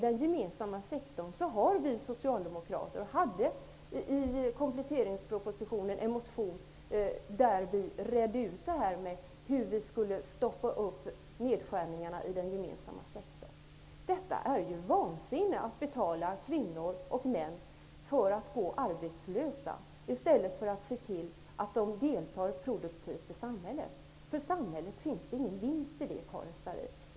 Vi socialdemokrater hade i anslutning till kompletteringspropositionen en motion där vi redde ut hur nedskärningarna i den gemensamma sektorn skulle stoppas. Det är vansinne att man betalar kvinnor och män för att gå arbetslösa i stället för att se till att de deltar produktivt i samhället. För samhället finns det ingen vinst i detta, Karin Starrin.